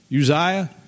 Uzziah